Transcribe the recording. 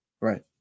right